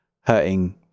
hurting